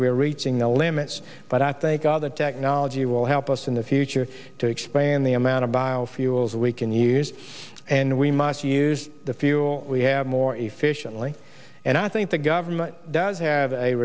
are reaching the limits but i think other technology will help us in the future to explain the amount of biofuels we can use and we must use the fuel we have more efficiently and i think the government does have a